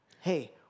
hey